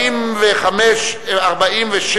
46,